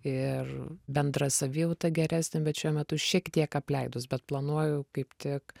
ir bendra savijauta geresnė bet šiuo metu šiek tiek apleidus bet planuoju kaip tik